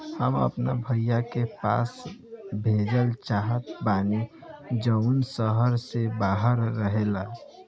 हम अपना भाई के पइसा भेजल चाहत बानी जउन शहर से बाहर रहेला